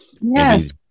Yes